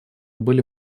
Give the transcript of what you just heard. были